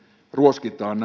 ruoskitaan